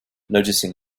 noticing